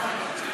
כן.